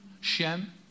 Shem